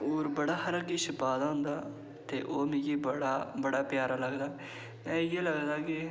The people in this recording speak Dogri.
होर बड़ा हारा किश पाये दा होंदा ते ओह् मिगी बड़ा प्यारा लगदा एह् इंया लगदा कि